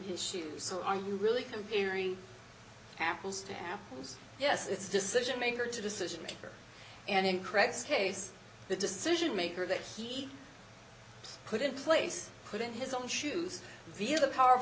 his shoes so are you really comparing apples to apples yes it's decision maker to decision maker an incredible case the decision maker that he put in place put in his own shoes via the power of